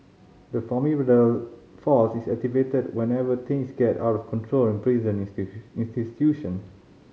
the formidable force is activated whenever things get out of control in prison institution